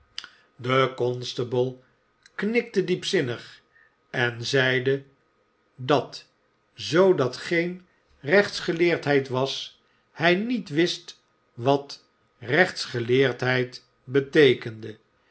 de constable knikte diepzinnig en zeide dat zoo dat geen rechtsgeleerdheid was hij niet wist wat rechtsgeleerdheid beteekende